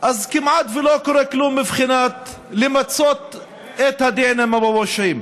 אז כמעט לא קורה כלום מבחינת מיצוי את הדין עם הפושעים.